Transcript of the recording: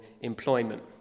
employment